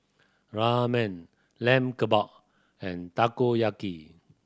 Ramen Lamb Kebab and Takoyaki